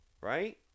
Right